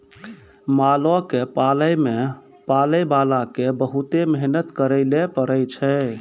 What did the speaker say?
मालो क पालै मे पालैबाला क बहुते मेहनत करैले पड़ै छै